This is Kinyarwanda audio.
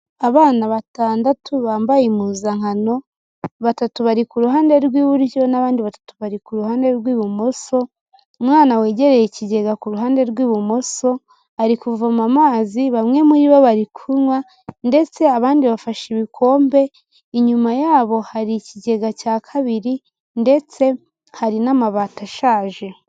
Abana batandatu bambaye impuzankano, batatu bari ku ruhande rw'iburyo n'abandi batatu bari ku ruhande rw'ibumoso, umwana wegereye ikigega ku ruhande rw'ibumoso ari kuvoma amazi bamwe muri bo bari kunywa ndetse abandi bafashe ibikombe, inyuma yabo hari ikigega cya kabiri ndetse hari n'amabati ashaje.